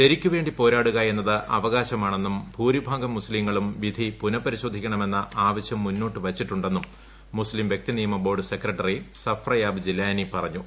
ശരിക്കുവേണ്ടി പോരാടുക എന്നത് അവകാശമാണ്ടെന്നും ഭൂരിഭാഗം മുസ്ലീങ്ങളും വിധി പുനഃപരിശോധിക്കണമെന്ന ആവശ്യം മുന്നോട്ട് വച്ചിട്ടുണ്ടെന്നും മുസ്ലീം വ്യക്തിനിയമ ബോർഡ് സെക്രട്ടറി സഫ്രയാബ് ജിലാനി പറഞ്ഞു